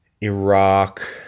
iraq